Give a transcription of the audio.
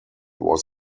was